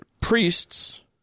priests